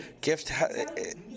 Gift